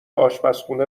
آشپزخونه